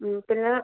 പിന്നെ